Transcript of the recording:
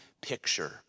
picture